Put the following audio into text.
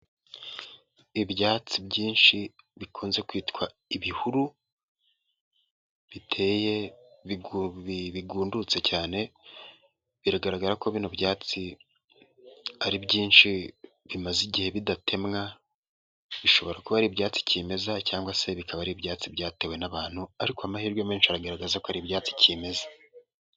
Ibyatsi byinshi bikunze kwitwa ibihuru, biteye bigundutse cyane, biragaragara ko bino byatsi ari byinshi bimaze igihe bidatemwa, bishobora kuba ibyatsi kimeza cyangwa se bikaba ari ibyatsi byatewe n'abantu, ariko amahirwe menshi aragaragaza ko ari ibyatsi kimeze.